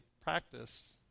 practice